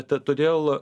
ta todėl